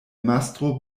mastro